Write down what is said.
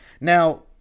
Now